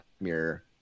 mirror